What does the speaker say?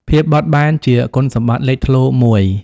ភាពបត់បែន ជាគុណសម្បត្តិលេចធ្លោមួយ។